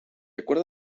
acuerdo